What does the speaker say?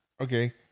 Okay